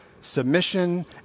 submission